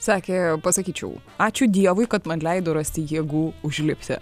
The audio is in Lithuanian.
sakė pasakyčiau ačiū dievui kad man leido rasti jėgų užlipti